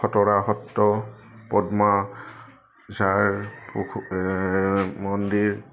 খতৰা সত্ৰ পদ্মা যাৰ মন্দিৰ